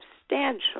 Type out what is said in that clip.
substantial